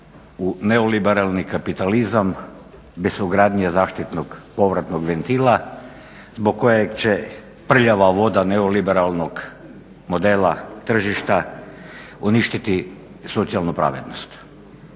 o neoliberalni kapitalizam, bez ogradnje zaštitnog povratnog ventila zbog kojeg će prljava voda neoliberalnog modela tržišta uništiti socijalnu pravednost